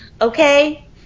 Okay